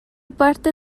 parte